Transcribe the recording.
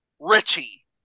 Richie